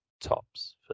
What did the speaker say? tops